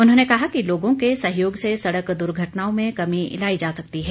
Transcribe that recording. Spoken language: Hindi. उन्होंने कहा कि लोगों के सहयोग से सड़क दुर्घटनाओं में कमी लाई जा सकती है